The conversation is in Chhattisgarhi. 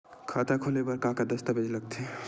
खाता खोले बर का का दस्तावेज लगथे?